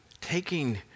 taking